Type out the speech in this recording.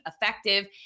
effective